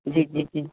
जी जी जी